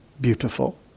beautiful